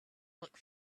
look